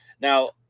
Now